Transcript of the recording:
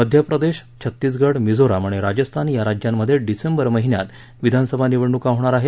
मध्य प्रदेश छत्तीसगड मिझोराम आणि राजस्थान या राज्यांमध्ये डिसेंबर महिन्यात विधानसभा निवडणुका होणार आहेत